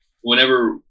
whenever